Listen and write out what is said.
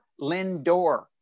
Lindor